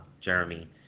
Jeremy